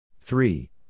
Three